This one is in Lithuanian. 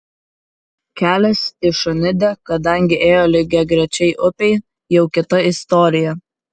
kelias į šunidę kadangi ėjo lygiagrečiai upei jau kita istorija